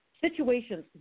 situations